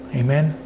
amen